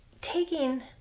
taking